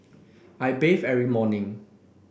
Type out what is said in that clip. I bathe every morning